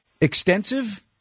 extensive